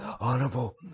honorable